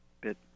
bit